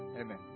Amen